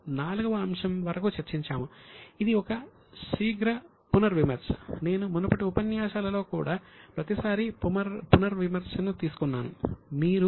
ఇది ఒక శీఘ్ర పునర్విమర్శ నేను మునుపటి ఉపన్యాసాలలో కూడా ప్రతిసారీ పునర్విమర్శను తీసుకుంటున్నాను